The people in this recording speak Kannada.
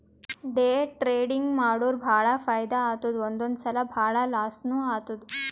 ಡೇ ಟ್ರೇಡಿಂಗ್ ಮಾಡುರ್ ಭಾಳ ಫೈದಾ ಆತ್ತುದ್ ಒಂದೊಂದ್ ಸಲಾ ಭಾಳ ಲಾಸ್ನೂ ಆತ್ತುದ್